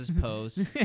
pose